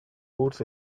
boots